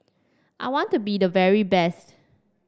I want to be the very best